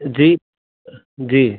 जी जी